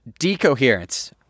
decoherence